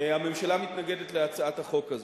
הממשלה מתנגדת להצעת החוק הזאת.